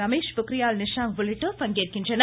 ரமேஷ் பொக்ரியால் நிஷாங் உள்ளிட்டோர் பங்கேற்கின்றனர்